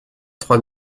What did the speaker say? trois